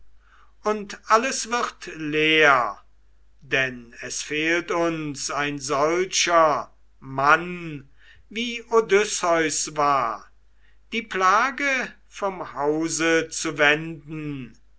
und alles wird leer denn es fehlt uns ein solcher mann wie odysseus war die plage vom hause zu wenden